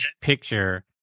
picture